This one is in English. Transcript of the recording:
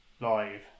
live